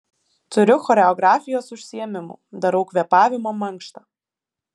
turiu choreografijos užsiėmimų darau kvėpavimo mankštą